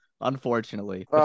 unfortunately